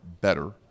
better